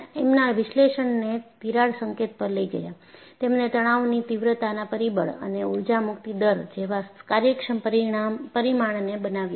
એમના વિશ્લેષણને તિરાડ સંકેત પર લઈ ગયા તેમણે તણાવની તીવ્રતાના પરિબળ અને ઊર્જા મુક્તિ દર જેવા કાર્યક્ષમ પરિમાણને બનાવ્યા હતા